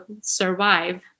survive